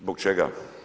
Zbog čega?